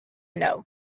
know